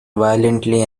violently